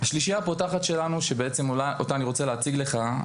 השלישיה הפותחת שלנו שבעצם אותה אני רוצה להציג לך.